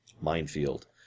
Minefield